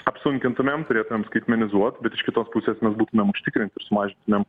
apsunkintumėm turėtumėm skaitmenizuot bet iš kitos pusės būtumėm užtikrinti sumažintumėm